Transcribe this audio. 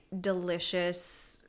delicious